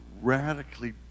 radically